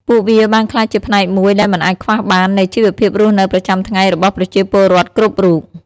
ពួកវាបានក្លាយជាផ្នែកមួយដែលមិនអាចខ្វះបាននៃជីវភាពរស់នៅប្រចាំថ្ងៃរបស់ប្រជាពលរដ្ឋគ្រប់រូប។